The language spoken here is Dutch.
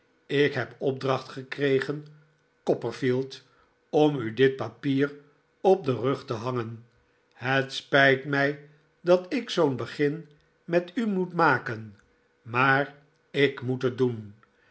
ik heb opdracht gekregen copperfield om u dit papier op den rug te hangen het spijt mij dat ik zoo'n begin met u moet maken maar ik moet het doen